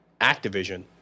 Activision